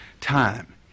time